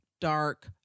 dark